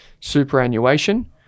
superannuation